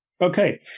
okay